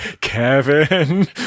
Kevin